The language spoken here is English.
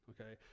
okay